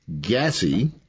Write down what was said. gassy –